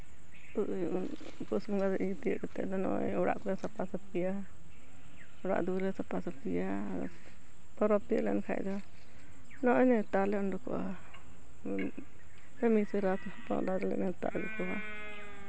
ᱯᱩᱥ ᱵᱚᱸᱜᱟ ᱛᱤᱭᱳᱜ ᱠᱟᱛᱮᱜ ᱫᱚ ᱱᱚᱜᱼᱚᱭ ᱚᱲᱟᱜ ᱠᱚᱞᱮ ᱥᱟᱯᱷᱟ ᱥᱟᱹᱯᱷᱤᱭᱟ ᱚᱲᱟᱜ ᱫᱩᱣᱟᱹᱨ ᱞᱮ ᱥᱟᱯᱷᱟ ᱥᱟᱹᱯᱷᱤᱭᱟ ᱯᱚᱨᱚᱵᱽ ᱛᱤᱭᱳᱜ ᱞᱮᱱᱠᱷᱟᱱ ᱫᱚ ᱱᱚᱜᱼᱚᱭ ᱱᱮᱣᱛᱟ ᱞᱮ ᱩᱰᱩᱠᱚᱜᱼᱟ ᱠᱟᱹᱢᱤ ᱩᱥᱟᱹᱨᱟ ᱦᱚᱯᱚᱱ ᱮᱨᱟᱞᱮ ᱱᱮᱣᱛᱟ ᱟᱹᱜᱩ ᱠᱚᱣᱟ